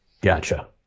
Gotcha